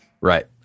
Right